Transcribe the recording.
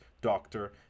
doctor